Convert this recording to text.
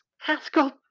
haskell